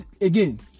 again